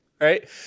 Right